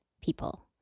people